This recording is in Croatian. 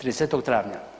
30. travnja.